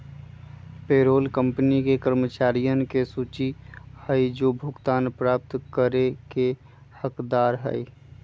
payroll company के कर्मचारियन के सूची हई जो भुगतान प्राप्त करे के हकदार हई